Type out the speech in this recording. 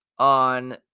on